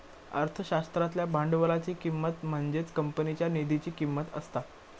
अर्थशास्त्रातल्या भांडवलाची किंमत म्हणजेच कंपनीच्या निधीची किंमत असता